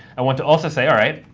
i want to also say, all right,